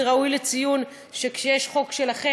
ראוי לציון שכשיש חוק שלכן,